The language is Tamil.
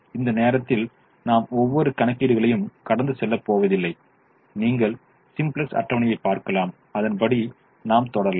இந்த நேரத்தில் நாம் ஒவ்வொரு கணக்கீடுகளையும் கடந்து செல்லப் போவதில்லை நீங்கள் சிம்ப்ளக்ஸ் அட்டவணையைப் பார்க்கலாம் அதன்படி நாம் தொடரலாம்